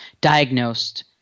diagnosed –